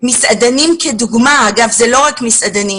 מסעדנים אגב, אלה לא רק מסעדנים